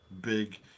big